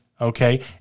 okay